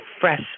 fresh